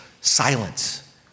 silence